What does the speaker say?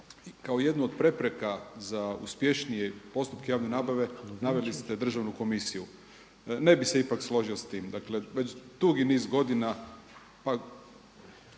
kao jednu od prepreka za uspješnije postupke javne nabave naveli ste Državnu komisiju. Ne bih se ipak složio s tim. Dakle, već dugi niz godina